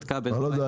בדקה --- לא יודע.